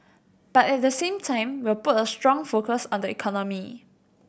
but at the same time we'll put a strong focus on the economy